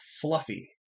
fluffy